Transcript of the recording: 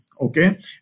Okay